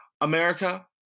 america